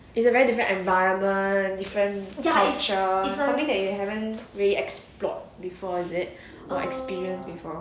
it's a very different environment different culture something you haven't really explore before is it or experience before